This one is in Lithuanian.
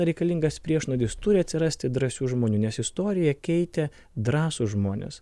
reikalingas priešnuodis turi atsirasti drąsių žmonių nes istoriją keitė drąsūs žmonės